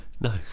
No